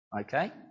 Okay